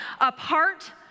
apart